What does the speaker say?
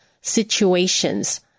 situations